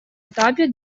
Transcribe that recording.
этапе